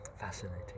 fascinating